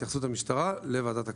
התייחסות המשטרה לוועדת הכלכלה.